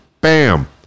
Bam